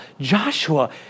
Joshua